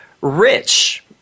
Rich